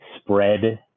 spread